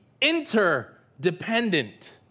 interdependent